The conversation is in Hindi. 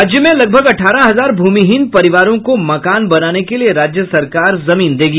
राज्य में लगभग अठारह हजार भूमिहीन परिवारों को मकान बनाने के लिए राज्य सरकार जमीन देगी